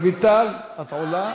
רויטל, את עולה?